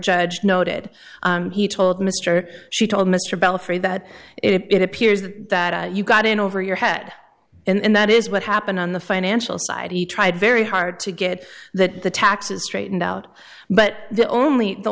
judge noted he told mr she told mr belford that it appears that you got in over your head and that is what happened on the financial side he tried very hard to get that the taxes straightened out but the only the